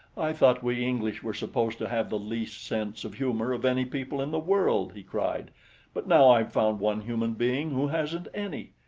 i thought we english were supposed to have the least sense of humor of any people in the world, he cried but now i've found one human being who hasn't any.